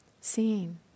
seeing